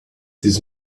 this